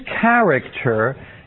character